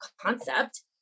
concept